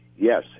yes